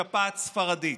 שפעת ספרדית,